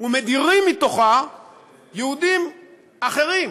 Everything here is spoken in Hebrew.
ומדירים מתוכה יהודים אחרים?